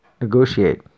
negotiate